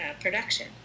production